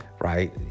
right